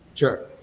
sure.